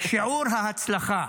שיעור ההצלחה